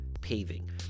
Paving